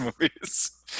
movies